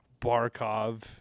Barkov